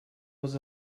was